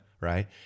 right